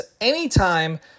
anytime